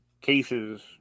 cases